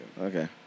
Okay